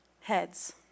Heads